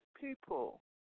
people